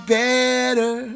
better